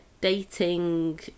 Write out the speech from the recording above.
dating